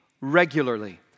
regularly